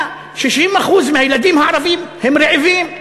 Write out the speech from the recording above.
ש-60% מהילדים הערבים בה הם רעבים.